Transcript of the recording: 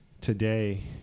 today